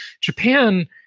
Japan